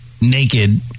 naked